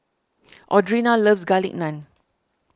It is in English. Audrina loves Garlic Naan